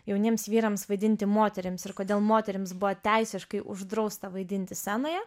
jauniems vyrams vaidinti moterims ir kodėl moterims buvo teisiškai uždrausta vaidinti scenoje